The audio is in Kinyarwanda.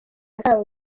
ntawe